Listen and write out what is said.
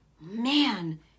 Man